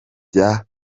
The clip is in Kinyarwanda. bya